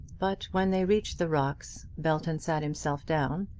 but when they reached the rocks belton sat himself down,